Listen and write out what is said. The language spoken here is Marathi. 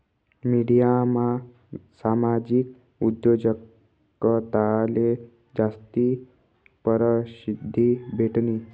मिडियामा सामाजिक उद्योजकताले जास्ती परशिद्धी भेटनी